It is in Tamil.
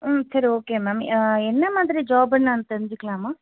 ம் சரி ஓகே மேம் என்ன மாதிரி ஜாபுன்னு நான் தெரிஞ்சிக்கலாமா